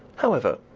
however,